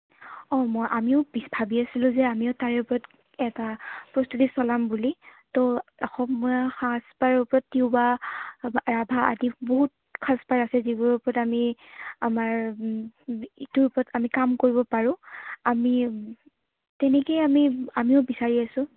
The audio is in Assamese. অঁ মই আমিও ভাবি আছিলোঁ যে আমিও তাৰে ওপৰত এটা প্ৰস্তুতি চলাম বুলি তো অসম সাজপাৰৰ ওপৰত তিৱা ৰাভা আদি বহুত সাজপাৰ আছে যিবোৰ ওপৰত আমি আমাৰ ইটোৰ ওপৰত আমি কাম কৰিব পাৰোঁ আমি তেনেকেই আমি আমিও বিচাৰি আছোঁ